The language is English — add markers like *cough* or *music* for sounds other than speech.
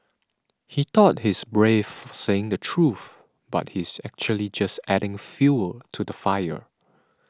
*noise* he thought he's brave for saying the truth but he's actually just adding fuel to the fire